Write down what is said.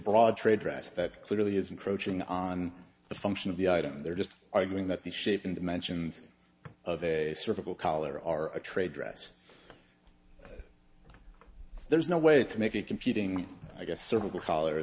blood trade dress that clearly is encroaching on the function of the item and they're just arguing that the shape in dimensions of a cervical collar are a trade dress there's no way to make it competing i guess cervical collar